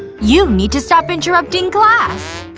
you need to stop interrupting class